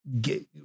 get